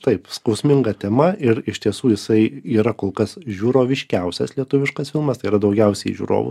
taip skausminga tema ir iš tiesų jisai yra kol kas žiūroviškiausias lietuviškas filmas tai yra daugiausiai žiūrovų